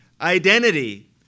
identity